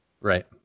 Right